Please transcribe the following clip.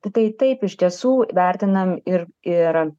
tai taip iš tiesų vertinam ir ir